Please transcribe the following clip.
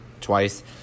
twice